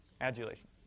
Adulation